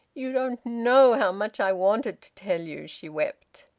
you don't know how much i wanted to tell you! she wept.